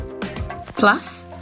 Plus